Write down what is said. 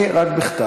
אני, רק בכתב.